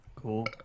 Cool